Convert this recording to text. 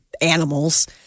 animals